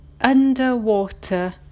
underwater